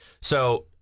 So-